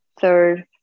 Third